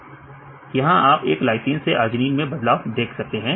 यहां आप एक LYS से ARG मैं बदलाव देख सकते हैं